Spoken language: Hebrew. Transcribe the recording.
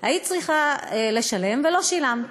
היית צריכה לשלם ולא שילמת.